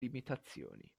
limitazioni